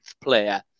player